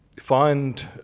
find